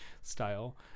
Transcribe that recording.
style